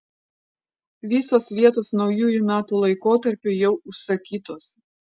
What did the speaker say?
visos vietos naujųjų metų laikotarpiui jau užsakytos